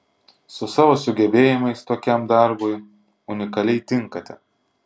su savo sugebėjimais tokiam darbui unikaliai tinkate